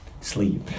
sleep